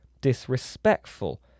disrespectful